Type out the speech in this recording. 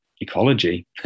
ecology